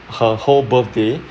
her whole birthday